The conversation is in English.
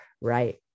right